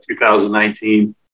2019